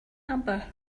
number